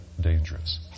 dangerous